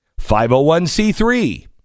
501c3